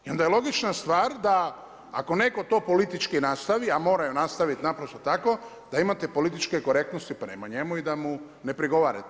I onda je logična stvar da ako netko to politički nastavi, a mora je nastaviti naprosto tako da imate političke korektnosti prema njemu i da mu ne prigovarate.